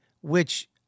Which-